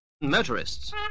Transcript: Motorists